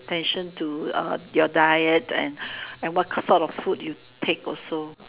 attention to uh your diet and and what kind of food you take also